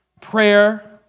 prayer